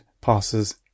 passes